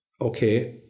okay